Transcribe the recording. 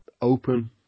open